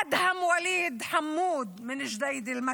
אדהם וליד חמוד מג'דיידה-מכר,